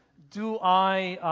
do i